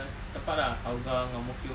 tempat lah hougang ang mo kio